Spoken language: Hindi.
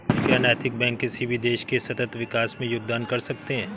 क्या नैतिक बैंक किसी भी देश के सतत विकास में योगदान कर सकते हैं?